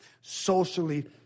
socially